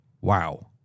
wow